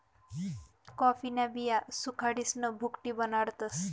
कॉफीन्या बिया सुखाडीसन भुकटी बनाडतस